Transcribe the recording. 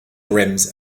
rims